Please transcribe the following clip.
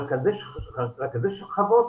רכזי שכבות,